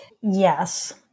yes